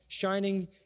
shining